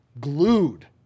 glued